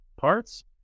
parts